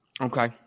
Okay